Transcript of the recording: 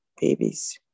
babies